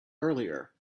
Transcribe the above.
earlier